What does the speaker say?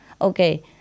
Okay